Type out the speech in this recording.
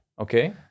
Okay